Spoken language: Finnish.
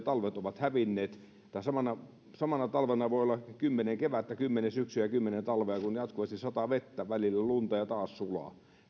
talvet ovat hävinneet tai samana samana talvena voi olla kymmenen kevättä kymmenen syksyä ja kymmenen talvea kun jatkuvasti sataa vettä välillä lunta ja taas sulaa